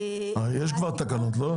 הרי יש כבר תקנות, לא?